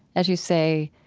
as you say,